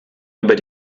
über